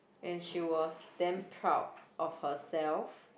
and she was damn proud of herself